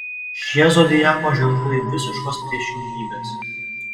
šie zodiako ženklai visiškos priešingybės